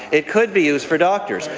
it could be used for doctors.